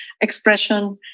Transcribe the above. expression